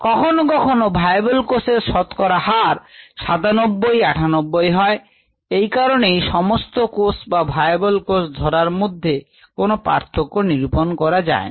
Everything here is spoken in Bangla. কখনো কখনো ভায়াবল কোষের শতকরা হার 97 98 হয় এই কারণে সমস্ত কোষ বা ভায়াবল কোষ ধরার মধ্যে কোন পার্থক্য নিরূপণ করা যায় না